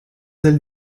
ailes